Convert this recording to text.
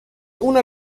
una